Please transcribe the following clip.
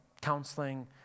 counseling